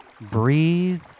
breathe